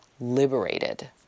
liberated